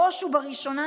בראש ובראשונה,